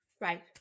Right